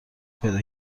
پیدا